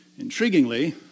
Intriguingly